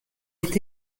est